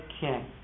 king